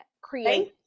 create